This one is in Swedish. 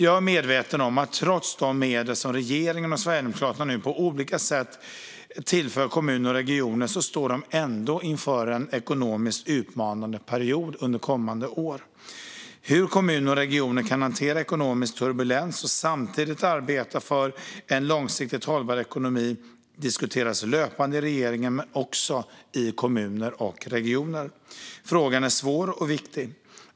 Jag är medveten om att kommuner och regioner, trots de medel som regeringen och Sverigedemokraterna nu på olika sätt tillför, ändå står inför en ekonomiskt utmanande period under kommande år. Hur kommuner och regioner kan hantera ekonomisk turbulens och samtidigt arbeta för en långsiktigt hållbar ekonomi diskuteras löpande i regeringen men också i kommuner och regioner. Frågan är svår och viktig.